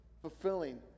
fulfilling